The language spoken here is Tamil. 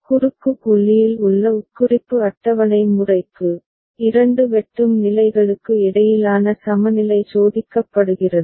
குறுக்கு புள்ளியில் உள்ள உட்குறிப்பு அட்டவணை முறைக்கு இரண்டு வெட்டும் நிலைகளுக்கு இடையிலான சமநிலை சோதிக்கப்படுகிறது